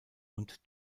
und